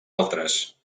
altres